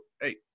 hey